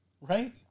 Right